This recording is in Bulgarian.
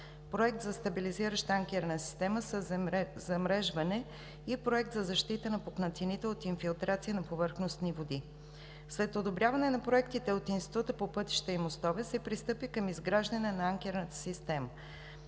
Проект за стабилизираща анкерна система със замрежване и Проект за защита на пукнатините от инфилтрация на повърхностни води. След одобряване на проектите от Института по пътища и мостове се пристъпи към изграждане на анкерната система.